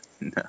No